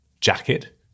jacket